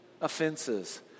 offenses